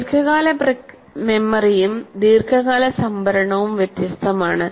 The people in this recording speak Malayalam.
ദീർഘകാല മെമ്മറിയും ദീർഘകാല സംഭരണവും വ്യത്യസ്തമാണ്